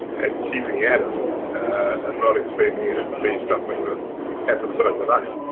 at keeping at it and not expecting it to be something that happens overnight.